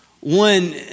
one